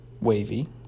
Wavy